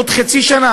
עוד חצי שנה,